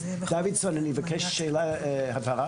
אני מבקש לשאול את גלי שאלת הבהרה.